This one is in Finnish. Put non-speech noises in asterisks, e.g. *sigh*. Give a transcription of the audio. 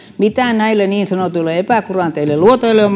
mitä näille niin sanotuille epäkuranteille luotoille on *unintelligible*